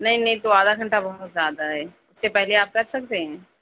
نہیں نہیں تو آدھا گھنٹہ بہت زیادہ ہے اُس سے پہلے آپ کر سکتے ہیں